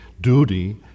duty